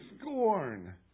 scorn